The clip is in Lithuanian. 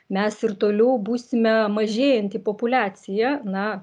mes ir toliau būsime mažėjanti populiacija na